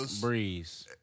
Breeze